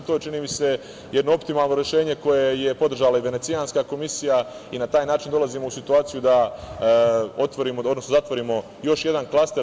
To je, čini mi se, jedno optimalno rešenje koje je podržala i Venecijanska komisija i na taj način dolazimo u situaciju da otvorimo, odnosno zatvorimo još jedan klaster.